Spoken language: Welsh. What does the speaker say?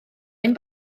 ein